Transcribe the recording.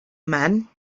men